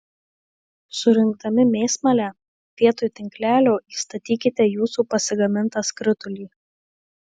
surinkdami mėsmalę vietoj tinklelio įstatykite jūsų pasigamintą skritulį